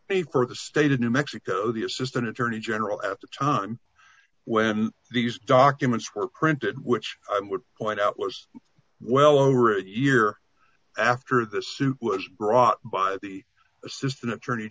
partly for the state of new mexico the assistant attorney general at the time when these documents were printed which i would point out was well over a year after the suit was brought by the assistant attorney